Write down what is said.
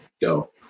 go